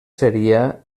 seria